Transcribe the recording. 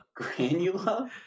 Granula